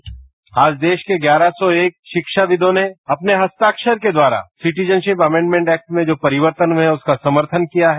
bite Bhupendra Yadav आज देश के ग्यारह सौ एक शिक्षाविदों ने अपने हस्ताक्षर के द्वारा सिटीजनशिप अमेंडमेंट एक्ट में जो परिवर्तन हुए हैं उसका समर्थन किया है